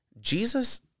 Jesus